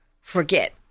forget